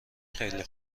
خیلی